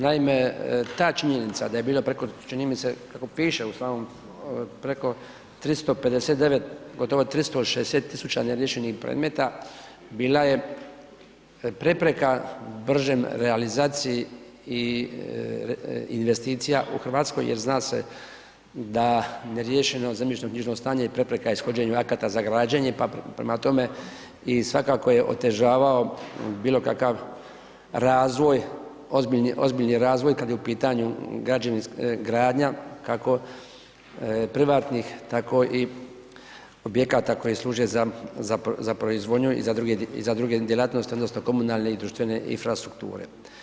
Naime, ta činjenica da je bilo preko, čini mi se, kako piše u samom, preko 359, gotovo 360 tisuća neriješenih predmeta, bila je prepreka bržem realizaciji investicija u Hrvatskoj, jer zna se da neriješeno zemljišnoknjižno stanje je prepreka ishođenju akata za građana, pa prema tome svakako je otežavao bilo kakav razvoj, ozbiljni razvoj kad je u pitanju gradnja, kako privatnih, tako i objekata koje službe za proizvodnju i za druge djelatnosti, odnosno komunalne i društvene infrastrukture.